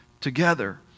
together